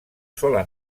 sola